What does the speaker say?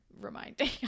reminding